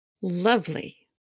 lovely